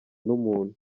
n’umuntu